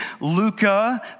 Luca